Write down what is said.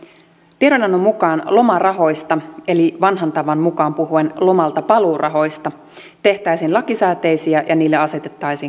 tiedonannon mukaan lomarahoista eli vanhan tavan mukaan puhuen lomaltapaluurahoista tehtäisiin lakisääteisiä ja niille asetettaisiin katto